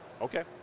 Okay